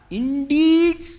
indeed